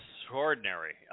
extraordinary